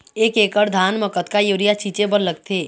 एक एकड़ धान म कतका यूरिया छींचे बर लगथे?